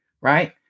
right